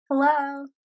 Hello